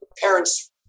parents